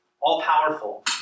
all-powerful